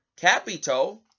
Capito